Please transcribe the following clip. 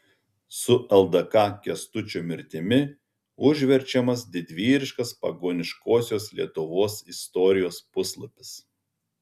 su ldk kęstučio mirtimi užverčiamas didvyriškas pagoniškosios lietuvos istorijos puslapis